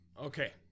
Okay